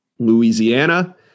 Louisiana